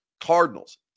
Cardinals